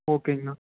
ஓகேங்கண்ணா